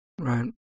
Right